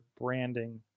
branding